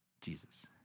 Jesus